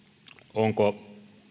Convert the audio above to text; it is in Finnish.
onko